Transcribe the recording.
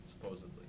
supposedly